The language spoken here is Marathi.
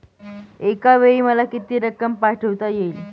एकावेळी मला किती रक्कम पाठविता येईल?